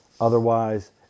Otherwise